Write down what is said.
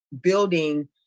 building